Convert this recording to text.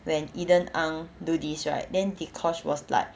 when eden ang do this right then dee kosh was like